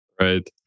Right